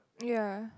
yeah